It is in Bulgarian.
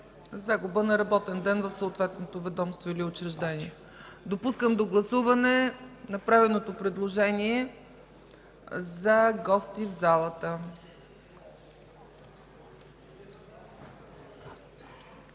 Загуба на работен ден в съответното ведомство или учреждение. Допускам до гласуване направеното предложение за гости в залата.